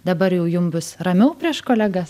dabar jau jum bus ramiau prieš kolegas